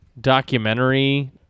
documentary